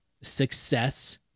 success